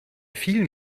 vielen